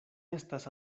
estas